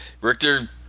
Richter